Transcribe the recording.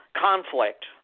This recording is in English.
conflict